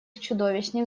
чудовищных